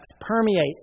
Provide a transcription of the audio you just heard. permeate